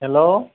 hello